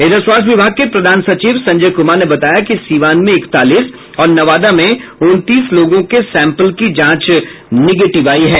इधर स्वास्थ्य विभाग के प्रधान सचिव संजय कुमार ने बताया कि सीवान में इकतालीस और नवादा में उनतीस लोगों के सैंपल की जांच निगेटिव आई है